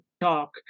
talk